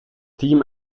team